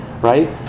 right